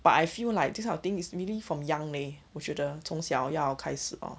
but I feel like this kind of thing is merely from young leh 我觉得从小要开始 lor